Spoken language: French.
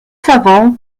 savants